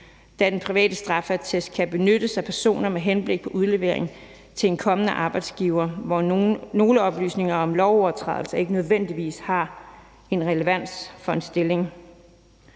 da den private straffeattest kan benyttes af personer med henblik på udlevering til en kommende arbejdsgiver, hvor nogle oplysninger om lovovertrædelser ikke nødvendigvis har en relevans for en stilling.